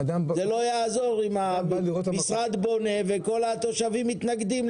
זה לא יעזור אם המשרד בונה וכל התושבים מתנגדים